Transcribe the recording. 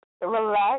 relax